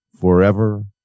forever